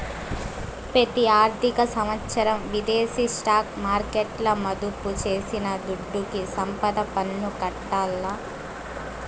పెతి ఆర్థిక సంవత్సరం విదేశీ స్టాక్ మార్కెట్ల మదుపు చేసిన దుడ్డుకి సంపద పన్ను కట్టాల్ల